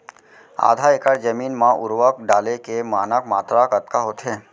आधा एकड़ जमीन मा उर्वरक डाले के मानक मात्रा कतका होथे?